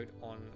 on